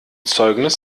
zeugnis